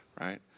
right